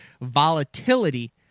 volatility